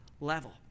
level